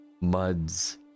muds